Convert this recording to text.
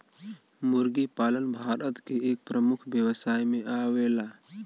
मुर्गी पालन भारत के एक प्रमुख व्यवसाय में आवेला